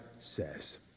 says